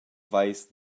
veis